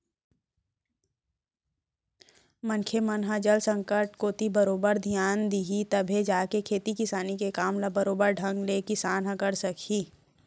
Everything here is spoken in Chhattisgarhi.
मनखे मन ह जल संकट कोती बरोबर धियान दिही तभे जाके खेती किसानी के काम ल बरोबर बने ढंग ले किसान ह करे सकही